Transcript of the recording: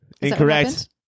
incorrect